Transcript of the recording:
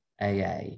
AA